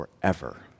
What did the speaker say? forever